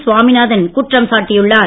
சுவாமிநாதன் குற்றம் சாட்டியுள்ளார்